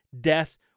death